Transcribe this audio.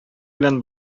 белән